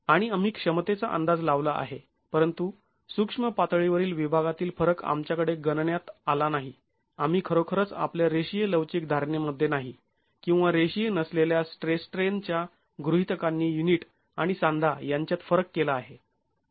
आणि आम्ही क्षमतेचा अंदाज लावला आहे परंतु सूक्ष्म पातळीवरील विभागातील फरक आमच्याकडे गणण्यात आला नाही आम्ही खरोखरच आपल्या रेषीय लवचिक धारणे मध्ये नाही किंवा रेषीय नसलेल्या स्ट्रेस स्ट्रेन च्या गृहीतकांनी युनिट आणि सांधा यांच्यात फरक केला आहे